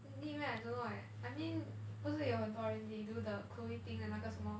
need meh I don't know eh I mean 不是有很多人 they do the chloe ting 的那个什么